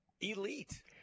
elite